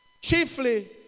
Chiefly